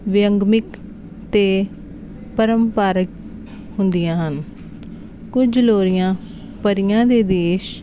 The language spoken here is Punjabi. ਵਿਅੰਗਮਿਕ ਅਤੇ ਪਰੰਪਰਿਕ ਹੁੰਦੀਆਂ ਹਨ ਕੁਝ ਲੋਰੀਆਂ ਪਰੀਆਂ ਦੇ ਦੇਸ਼